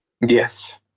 Yes